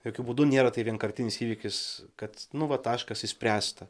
jokiu būdu nėra tai vienkartinis įvykis kad nu va taškas išspręsta